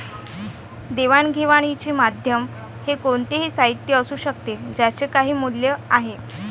देवाणघेवाणीचे माध्यम हे कोणतेही साहित्य असू शकते ज्याचे काही मूल्य आहे